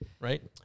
Right